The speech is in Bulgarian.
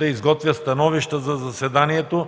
изготвя становища за заседанията,